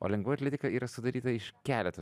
o lengvoji atletika yra sudaryta iš keleto